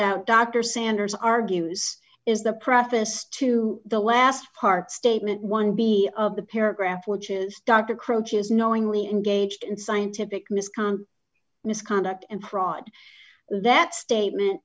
out dr sanders argues is the preface to the last part statement one b of the paragraph which is dr croce is knowingly engaged in scientific misconduct misconduct and prod that statement